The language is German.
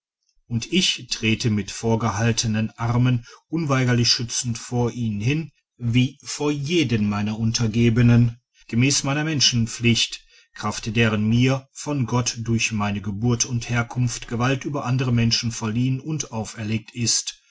und ich trete mit vorgehaltenen armen unweigerlich schützend vor ihn hin wie vor jeden meiner untergebenen gemäß meiner menschenpflicht kraft deren mir von gott durch meine geburt und herkunft gewalt über andere menschen verliehen und auferlegt ist